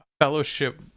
fellowship